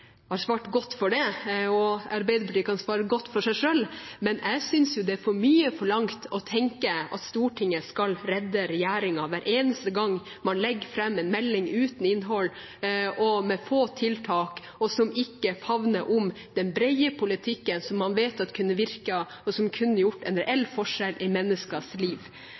svart godt for det, og Arbeiderpartiet kan svare godt for seg selv. Men jeg synes det er for mye forlangt å tenke at Stortinget skal redde regjeringen hver eneste gang man legger fram en melding uten innhold og med få tiltak, og som ikke favner om den brede politikken som man vet kunne virket, og som kunne gjort en reell forskjell i menneskers liv.